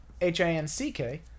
H-I-N-C-K